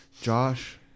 Josh